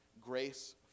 Grace